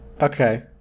Okay